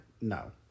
No